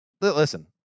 listen